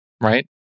right